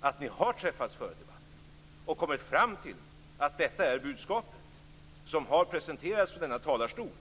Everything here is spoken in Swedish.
Om ni har träffats före debatten och kommit fram till det budskap som har presenterats från talarstolen,